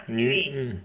你你